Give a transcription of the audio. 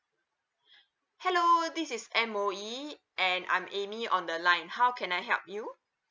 hello this is M_O_E and I'm amy on the line how can I help you